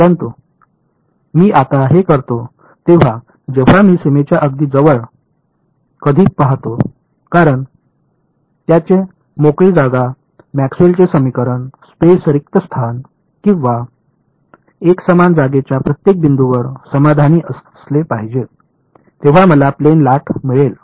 परंतु मी आता हे करतो तेव्हा जेव्हा मी सीमेच्या अगदी जवळ कधी पहातो कारण त्याचे मोकळी जागा मॅक्सवेलचे समीकरण स्पेस रिक्त स्थान किंवा एकसमान जागेच्या प्रत्येक बिंदूवर समाधानी असले पाहिजे तेव्हा मला प्लेन लाट मिळेल